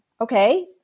okay